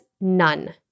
none